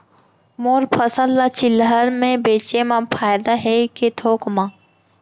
मोर फसल ल चिल्हर में बेचे म फायदा है के थोक म?